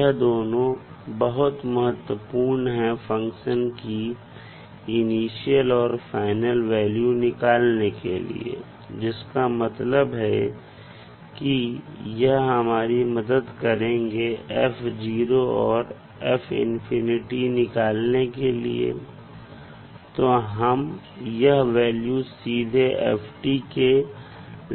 यह दोनों बहुत महत्वपूर्ण हैं फंक्शन की इनिशियल और फाइनल वैल्यू निकालने के लिए जिसका मतलब है कि यह हमारी मदद करेंगे f और f निकालने के लिए और हम यह वैल्यू सीधे f के